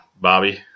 Bobby